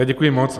Děkuji moc.